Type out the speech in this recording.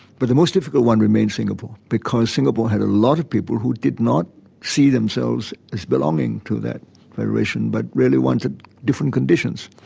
but the most difficult one remained singapore, because singapore had a lot of people who did not see themselves as belonging to that federation, but really wanted different conditions.